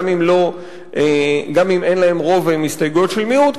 גם אם אין להם רוב והן הסתייגויות של מיעוט,